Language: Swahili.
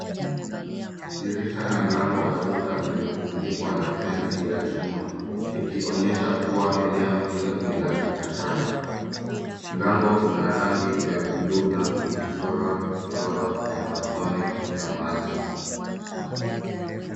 Dirisha na mlango wa duka vimefunikwa na fensi ya chuma, ikionyesha kuwa eneo hilo ni la biashara. Mlango una rangi wa buluu na umechorwa michoro ya matone ya maji.